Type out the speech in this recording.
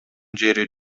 жери